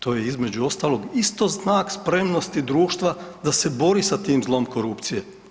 To je između ostalog isto znak spremnosti društva da se bori sa tim zlom korupcije.